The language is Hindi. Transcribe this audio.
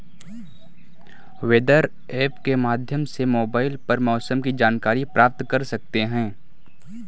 वेदर ऐप के माध्यम से मोबाइल पर मौसम की जानकारी प्राप्त कर सकते हैं